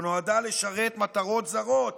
שנועדה לשרת מטרות זרות